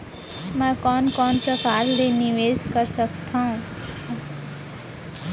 मैं कोन कोन प्रकार ले निवेश कर सकत हओं?